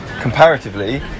comparatively